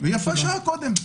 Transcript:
ויפה שעה אחת קודם.